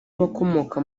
abakomoka